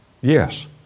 yes